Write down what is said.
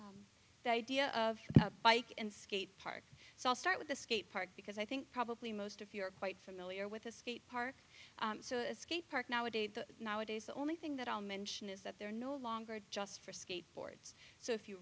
is the idea of the bike and skate park so i'll start with the skate park because i think probably most of you're quite familiar with the skate park so the skate park nowaday the now adays the only thing that i'll mention is that they're no longer just for skateboards so if you